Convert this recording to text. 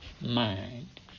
mind